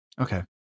Okay